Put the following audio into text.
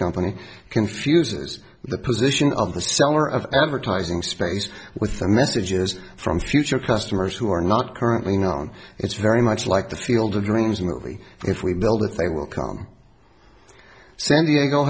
company confuses the position of the seller of advertising space with the messages from future customers who are not currently known it's very much like the field of dreams movie if we build it they will come san diego